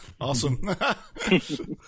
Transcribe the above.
awesome